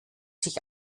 sich